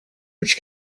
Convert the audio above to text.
which